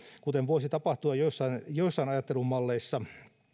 kuten voisi tapahtua joissain ajattelumalleissa